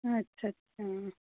अच्छा अच्छा